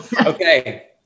Okay